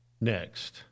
next